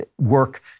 work